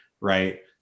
right